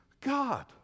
God